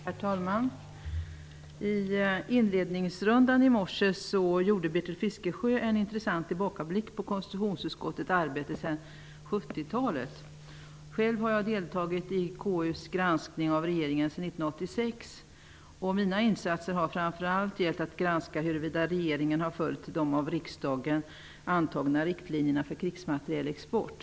Herr talman! I inledningsrundan i morse gjorde Bertil Fiskesjö en intressant tillbakablick på konstitutionsutskottets arbete sedan 70-talet. Själv har jag deltagit i KU:s granskning av regeringen sedan 1986, och mina insatser har framför allt gällt att granska huruvida regeringen följt de av riksdagen antagna riktlinjerna för krigsmaterielexport.